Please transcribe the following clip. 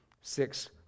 six